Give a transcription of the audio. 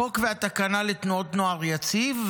החוק והתקנה לתנועות נוער יציב,